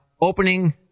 opening